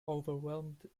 overwhelmed